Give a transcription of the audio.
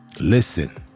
Listen